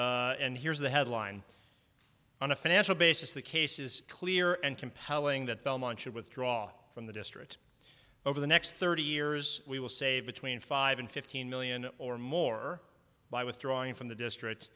and here's the headline on a financial basis the case is clear and compelling that belmont should withdraw from the district over the next thirty years we will save between five and fifteen million or more by withdrawing from the districts